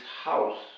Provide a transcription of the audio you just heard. house